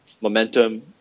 momentum